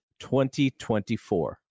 2024